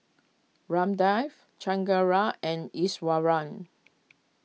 Ramdev Chengara and Iswaran